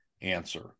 answer